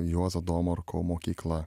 juozo domarko mokykla